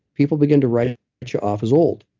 people begin to write but you off as old,